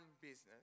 business